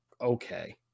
Okay